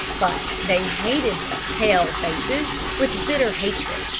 but they hated the pale-faces with bitter hatred,